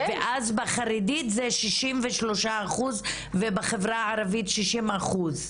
ואז בחברה החרדית זה 63 אחוזים ובחברה הערבית זה 60 אחוזים.